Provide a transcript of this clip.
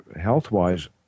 health-wise